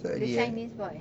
the chinese boy